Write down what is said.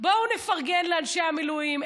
בואו נפרגן לאנשי המילואים.